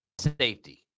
safety